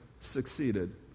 succeeded